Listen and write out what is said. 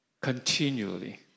continually